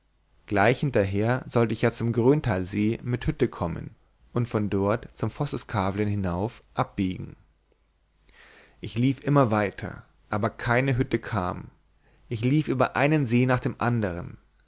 gleich hinterher sollte ich ja zum gröntalsee mit hütte kommen und dort zum vosseskavlen hinauf abbiegen ich lief immer weiter aber keine hütte kam ich lief über einen see nach dem andern